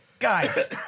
Guys